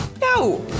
No